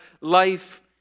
life